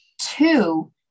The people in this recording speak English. Two